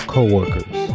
Co-workers